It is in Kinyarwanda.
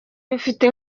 bifite